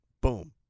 boom